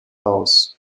aus